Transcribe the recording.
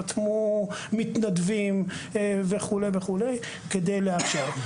רתמו מתנדבים וכו' כדי לאפשר.